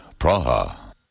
Praha